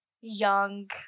young